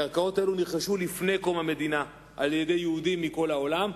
הקרקעות האלה נרכשו לפני קום המדינה על-ידי יהודים מכל העולם.